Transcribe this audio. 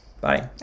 Bye